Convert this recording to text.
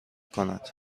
کند